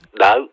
No